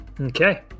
Okay